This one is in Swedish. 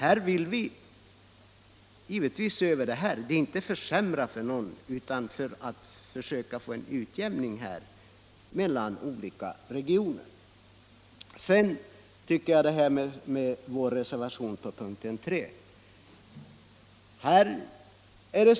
Vi vill givetvis se över det här och inte försämra för någon utan försöka få en utjämning mellan olika regioner.